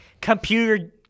computer